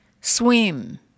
Swim